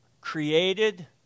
created